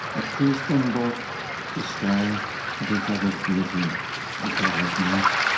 it pleased them both to stare at each other's beauty as lovers might,